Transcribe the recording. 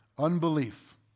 unbelief